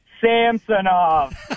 Samsonov